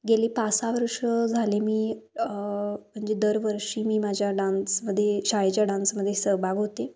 गेले पाच सहा वर्ष झाली मी म्हणजे दरवर्षी मी माझ्या डान्समध्ये शाळेच्या डान्समध्ये सहभाग होते